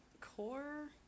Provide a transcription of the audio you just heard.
core